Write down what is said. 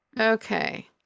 Okay